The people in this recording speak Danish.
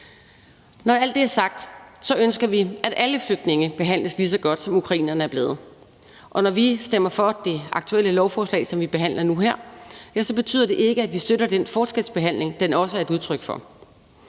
Når alt det er sagt, ønsker vi, at alle flygtninge behandles lige så godt, som ukrainerne er blevet, og når vi stemmer for det aktuelle lovforslag, som vi behandler nu og her, betyder det ikke, at vi støtter den forskelsbehandling, den også er et udtryk for.